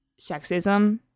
sexism